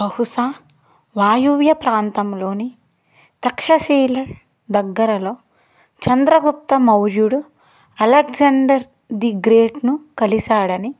బహుశా వాయువ్య ప్రాంతంలోని తక్షశీల దగ్గరలో చంద్రగుప్త మౌర్యుడు అలెగ్జండర్ ది గ్రేట్ను కలిసాడని